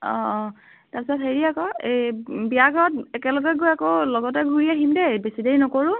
অঁ অঁ তাৰ পাছত হেৰি আক এই বিয়া ঘৰত একেলগে গৈ আকৌ লগতে ঘূৰি আহিম দেই বেছি দেৰি নকৰোঁ